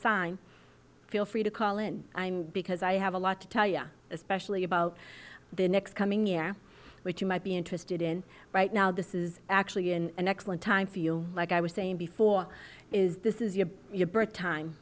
sign feel free to call in because i have a lot to tell you especially about the next coming year which you might be interested in right now this is actually an excellent time feel like i was saying before is this is your birth time